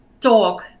talk